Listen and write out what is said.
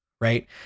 right